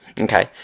Okay